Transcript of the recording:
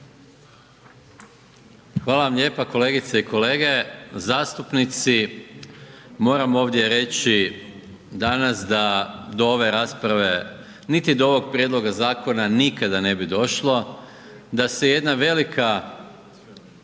Hvala vam lijepa. Kolegice i kolege zastupnici, moram ovdje reći danas da do ove rasprave niti do ovog prijedloga zakona nikada ne bi došlo da se jedna velika